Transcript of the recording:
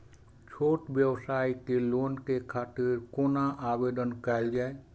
छोट व्यवसाय के लोन के खातिर कोना आवेदन कायल जाय?